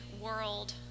world